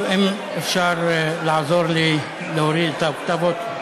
אם אפשר לעזור להוריד את האוקטבות.